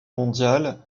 mondiale